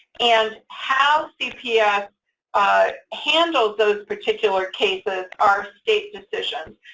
and how cps ah handles those particular cases are state decisions.